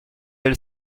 elle